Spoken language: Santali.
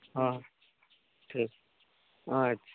ᱦᱮᱸ ᱴᱷᱤᱠ ᱟᱪᱪᱷᱟ